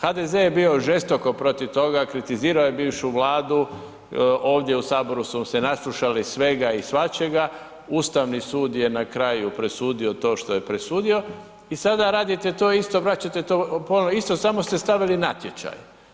HDZ je bio žestoko protiv toga, kritizirao je bivšu vladu ovdje u saboru smo se naslušali svega i svačega, Ustavni sud je na kraju presudio to što je presudio i sada radite to isto, vraćate to ponovo isto, samo ste stavili natječaj.